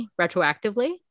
retroactively